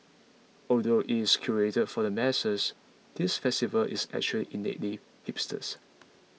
although it is curated for the masses this festival is actually innately hipsters